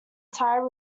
tyre